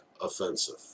offensive